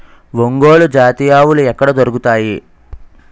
ఒంగోలు జాతి ఆవులు ఎక్కడ దొరుకుతాయి?